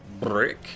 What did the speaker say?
brick